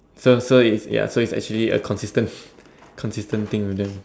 so so it's ya so it's actually a consistent consistent thing with them